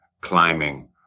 climbing